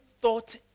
thought